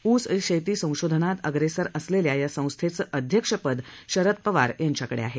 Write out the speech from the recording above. ऊस शेती संशोधनात अग्रेसर असलेल्या या संस्थेचं अध्यक्षपद शरद पवार यांच्याकडे आहे